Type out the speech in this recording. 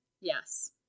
Yes